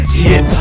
hip